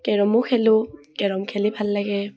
কেৰমো খেলোঁ কেৰম খেলি ভাল লাগে